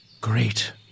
great